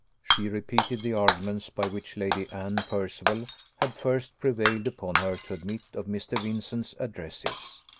she repeated the arguments by which lady anne percival had first prevailed upon her to admit of mr. vincent's addresses.